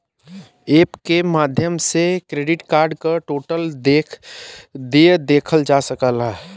app के माध्यम से क्रेडिट कार्ड क टोटल देय देखल जा सकला